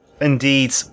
indeed